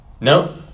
no